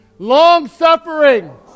Long-suffering